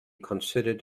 considered